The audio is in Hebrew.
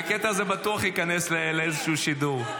והקטע הזה בטוח ייכנס לאיזשהו שידור,